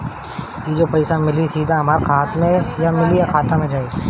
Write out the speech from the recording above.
ई जो पइसा मिली सीधा हमरा हाथ में मिली कि खाता में जाई?